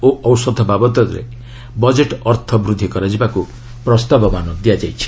ଓ ଔଷଧ ବାବଦରେ ବଜେଟ୍ ଅର୍ଥ ବୃଦ୍ଧି କରାଯିବାକୁ ପ୍ରସ୍ତାବମାନ ଦିଆଯାଇଛି